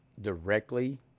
directly